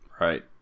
right